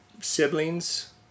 siblings